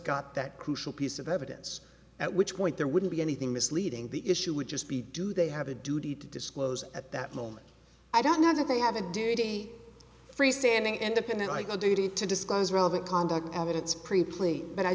got that crucial piece of evidence at which point there wouldn't be anything misleading the issue would just be do they have a duty to disclose at that moment i don't know that they have a duty free standing independent like a duty to disclose relevant conduct evidence pre